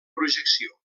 projecció